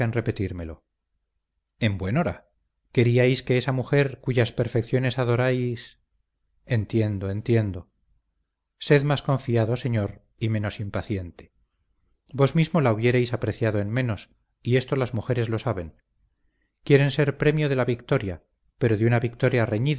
repetírmelo en buen hora queríais que esa mujer cuyas perfecciones adoráis entiendo entiendo sed más confiado señor y menos impaciente vos mismo la hubierais apreciado en menos y esto las mujeres lo saben quieren ser premio de la victoria pero de una victoria